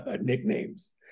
nicknames